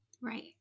Right